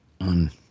on